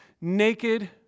naked